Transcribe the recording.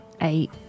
Eight